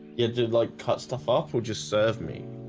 you do like cut stuff off we'll just serve me